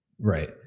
Right